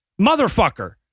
motherfucker